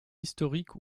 historique